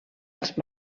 als